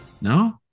No